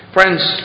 Friends